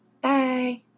Bye